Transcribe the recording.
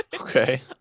Okay